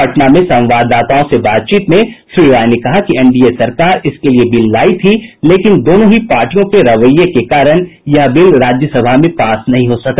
पटना में संवाददाताओं से बातचीत में श्री राय ने कहा कि एनडीए सरकार इसके लिए बिल लायी थी लेकिन दोनों ही पार्टियों के रवैये के कारण यह बिल राज्यसभा में पास नहीं हो सका